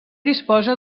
disposa